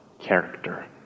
character